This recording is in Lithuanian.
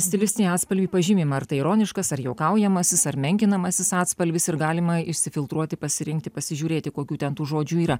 stilistinį atspalvį pažymim ar tai ironiškas ar juokaujamasis ar menkinamasis atspalvis galima išsifiltruoti pasirinkti pasižiūrėti kokių ten tų žodžių yra